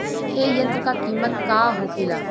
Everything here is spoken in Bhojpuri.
ए यंत्र का कीमत का होखेला?